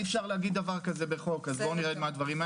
אי אפשר להגיד דבר כזה בחוק אז בואו נרד מהדברים האלה.